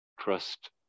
trust